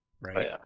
Right